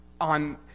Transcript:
on